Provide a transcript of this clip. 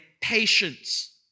patience